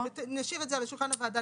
נשאיר את זה על שולחן הוועדה,